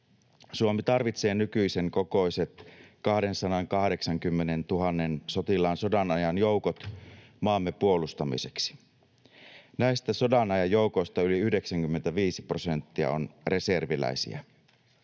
Suomi tarvitsee nykyisen kokoiset 280 000 sotilaan sodanajan joukot maamme puolustamiseksi. Näistä sodanajan joukoista yli 95 prosenttia on reserviläisiä.